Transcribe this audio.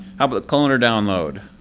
how about clone or download?